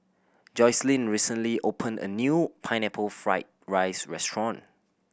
Jocelyne recently opened a new Pineapple Fried rice restaurant